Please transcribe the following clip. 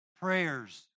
prayers